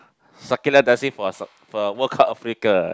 Shakira dancing for s~ for World Cup Africa